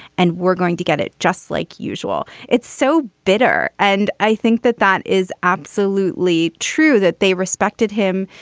and we're going to get it just like usual. it's so bitter. and i think that that is absolutely true, that they respected him.